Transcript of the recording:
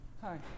Hi